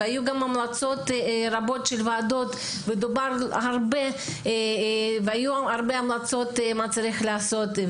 והיו גם המלצות רבות של ועדות ודובר הרבה על מה שצריך לעשות.